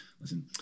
listen